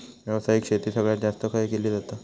व्यावसायिक शेती सगळ्यात जास्त खय केली जाता?